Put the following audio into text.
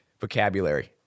vocabulary